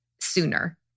sooner